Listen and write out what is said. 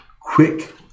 quick